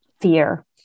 fear